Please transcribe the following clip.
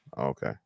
Okay